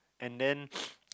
and then